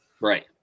Right